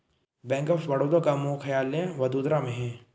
bank of Baroda का मुख्यालय वडोदरा में है